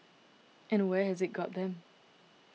and where has it got them